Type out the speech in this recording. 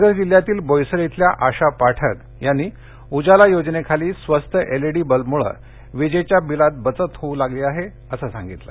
पालघर जिल्ह्यातील बोईसर इथल्या आशा पाठक यांनी उजाला योजनेखाली स्वस्त एलईडी बल्बम्ळं विजेच्या बिलात बचत होऊ लागली आहे असं सांगितलं